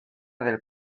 del